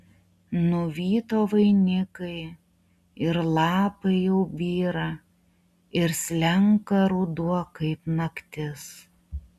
nuvyto vainikai ir lapai jau byra ir slenka ruduo kaip naktis